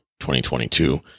2022